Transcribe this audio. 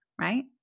right